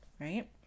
right